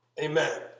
amen